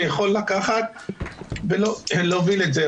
שיכול לקחת ולהוביל את זה.